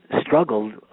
struggled